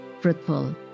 fruitful